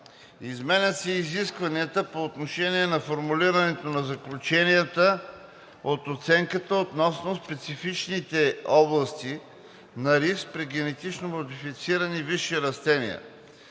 Изменят се и изискванията по отношение на формулирането на заключенията от оценката относно специфичните области на риск при генетично модифицирани висши растения.